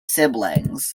siblings